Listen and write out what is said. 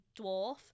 dwarf